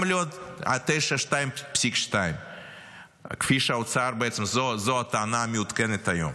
גם לא 9.22, שזו הטענה המעודכנת היום.